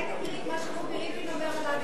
אולי תגיד מה שרובי ריבלין אומר עליו,